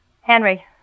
Henry